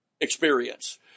experience